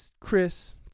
chris